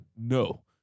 No